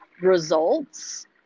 results